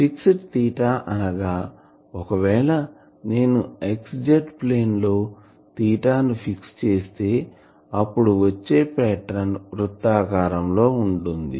fix theta అనగా ఒకవేళ నేను xz ప్లేన్ లో తీటా ను ఫిక్స్ చేస్తే అప్పుడు వచ్చే పాటర్న్ వృత్తాకారం లో ఉంటుంది